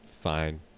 fine